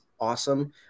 awesome